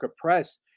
Press